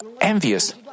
envious